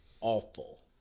awful